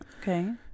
Okay